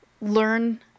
learn